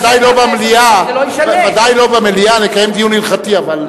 ודאי לא במליאה נקיים דיון הלכתי.